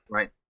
Right